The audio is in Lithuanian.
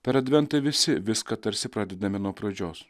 per adventą visi viską tarsi pradedame nuo pradžios